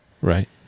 Right